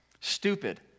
Stupid